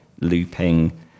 looping